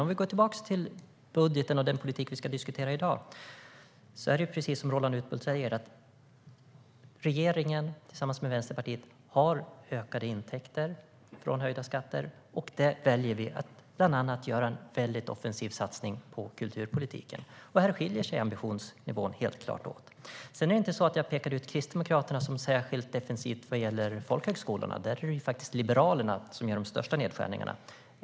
För att gå tillbaka till budgeten och den politik vi ska diskutera i dag är det precis som Roland Utbult säger: Regeringen har tillsammans med Vänsterpartiet ökade intäkter från höjda skatter, och vi väljer att bland annat göra en väldigt offensiv satsning på kulturpolitiken. Här skiljer sig ambitionsnivåerna helt klart åt. Jag pekade inte ut Kristdemokraterna som särskilt defensiva när det gäller folkhögskolorna. Där är det faktiskt Liberalerna som gör de största nedskärningarna.